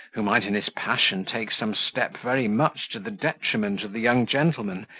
who might, in his passion, take some step very much to the detriment of the young gentleman,